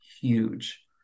huge